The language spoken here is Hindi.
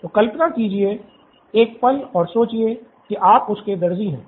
तो कल्पना कीजिए एक पल और सोचिए कि आप उसके दर्जी हैं